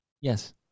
Yes